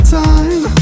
time